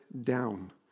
down